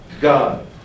God